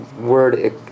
word